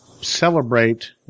celebrate